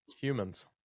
humans